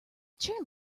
chair